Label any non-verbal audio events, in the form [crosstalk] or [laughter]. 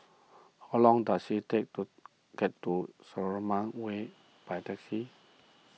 how long does it take to get to [unintelligible] Way by taxi